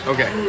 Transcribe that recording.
Okay